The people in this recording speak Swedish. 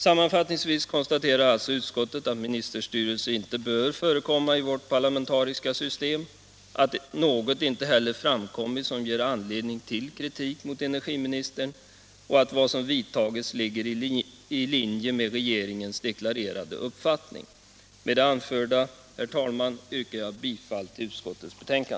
Sammanfattningsvis konstaterar alltså utskottet att ministerstyrelse inte bör förekomma i vårt parlamentariska system, att inte heller något framkommit som ger anledning till kritik mot energiministern och att vad som vidtagits ligger i linje med regeringens deklarerade uppfattning. Med det anförda, herr talman, yrkar jag bifall till utskottets hemställan.